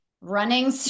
running